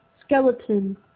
skeleton